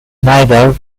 neither